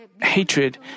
hatred